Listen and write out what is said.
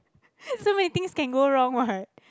so many thing can go wrong [what]